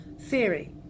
theory